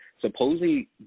supposedly